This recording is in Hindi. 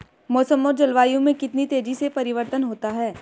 मौसम और जलवायु में कितनी तेजी से परिवर्तन होता है?